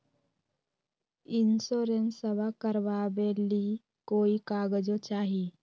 इंसोरेंसबा करबा बे ली कोई कागजों चाही?